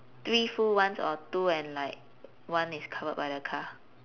three full ones or two and like one is covered by the car